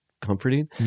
comforting